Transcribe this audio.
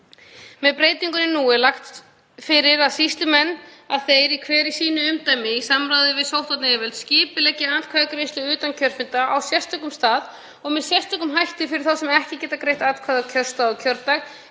Með breytingunni nú er lagt til að sýslumenn, hver í sínu umdæmi, í samráði við sóttvarnayfirvöld, skipuleggi atkvæðagreiðslu utan kjörfunda á sérstökum stað og með sérstökum hætti fyrir þá sem ekki geta greitt atkvæði á kjörstað á kjördag